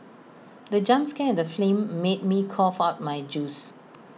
the jump scare in the film made me cough out my juice